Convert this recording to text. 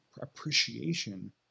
appreciation